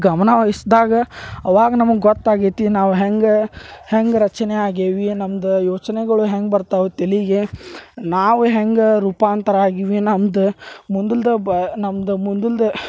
ಗಮನ ವಯ್ಸ್ದಾಗ ಆವಾಗ ನಮ್ಗೆ ಗೊತ್ತಾಗೈತಿ ನಾವು ಹೆಂಗೆ ಹೆಂಗೆ ರಚನೆ ಆಗೇವಿ ನಮ್ದು ಯೋಚನೆಗಳು ಹೆಂಗೆ ಬರ್ತಾವು ತಲೆಗೆ ನಾವು ಹೆಂಗೆ ರೂಪಾಂತರ ಆಗೀವಿ ನಮ್ದು ಮುಂದುಲ್ದ್ ನಮ್ದು ಮುಂದುಲ್ದ್